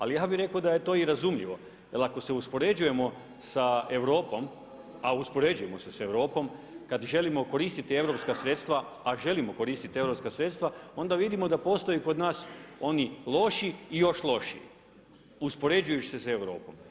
Ali ja bi rekao da je to i razumljivo jer ako se uspoređujemo sa Europom, a uspoređujemo se sa Europom, kad želimo koristiti europska sredstva, a želimo koristiti europska sredstva, onda vidimo da postoj kod nas oni loši i još lošiji uspoređujući se sa Europom.